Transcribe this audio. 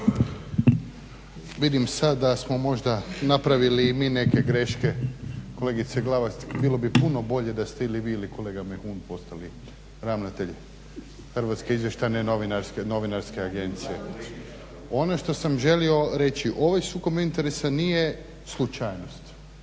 Vidim sad da smo možda napravili i mi neke greške kolegice Glavak bilo bi puno bolje da ste ili vi ili kolega Mehun postali ravnatelj Hrvatske izvještajne novinarske agencije. Ono što sam želio reći ovaj sukob interesa nije slučajnost.